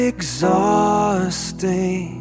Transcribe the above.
Exhausting